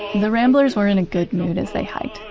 the ramblers were in a good mood as they hiked.